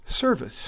service